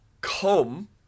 come